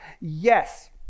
Yes